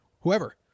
whoever